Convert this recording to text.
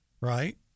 right